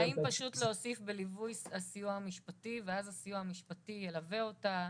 האם פשוט להוסיף "בליווי הסיוע המשפטי" ואז הסיוע המשפטי ילווה אותה,